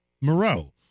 Moreau